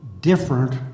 different